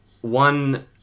One